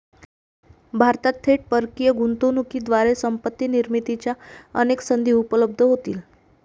भारतात थेट परकीय गुंतवणुकीद्वारे संपत्ती निर्मितीच्या अनेक संधी उपलब्ध होतील